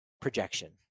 projection